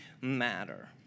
matter